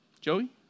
Joey